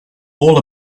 all